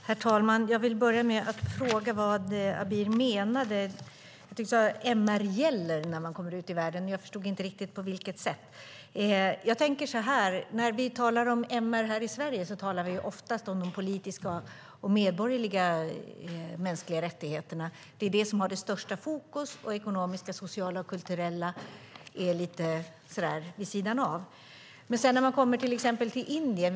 Herr talman! Jag vill börja med att fråga vad Abir menade. Jag tyckte att du sade att MR gäller när man kommer ut i världen. Jag förstod inte riktigt på vilket sätt. Jag tänker så här: När vi talar om MR här i Sverige talar vi oftast om de politiska och medborgerliga mänskliga rättigheterna. Det är det som har störst fokus. De ekonomiska, sociala och kulturella är lite vid sidan av. Men sedan kan man komma till exempel till Indien.